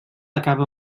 acaba